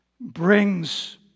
brings